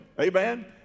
amen